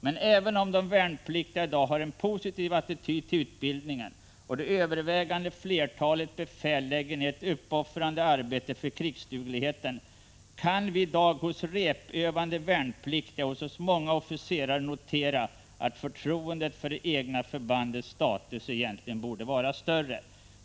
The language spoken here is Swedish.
Men även om de värnpliktiga i dag har en positiv attityd till utbildningen, och det övervägande flertalet befäl lägger ned uppoffrande arbete för krigsdugligheten, kan vi i dag hos repövande värnpliktiga och hos många officerare notera, att förtroendet för det egna förbandets status egentligen borde vara större.